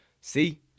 See